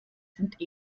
sind